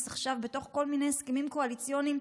עכשיו בתוך כל מיני הסכמים קואליציוניים,